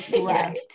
Right